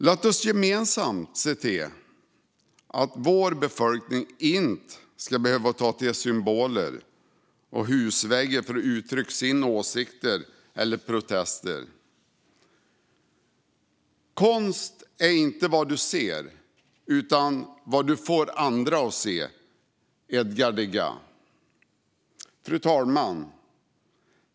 Låt oss gemensamt se till att vår befolkning inte ska behöva ta till symboler och husväggar för att uttrycka sina åsikter eller protester. Konst är inte vad du ser utan vad du får andra att se, sa Edgar Degas. Fru talman!